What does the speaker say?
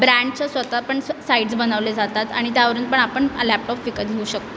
ब्रँडचं स्वतः पण स् साइट्स बनवले जातात आणि त्यावरून पण आपण अ लॅपटॉप विकत घेऊ शकतो